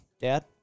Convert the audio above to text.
Dad